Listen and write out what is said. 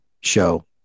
show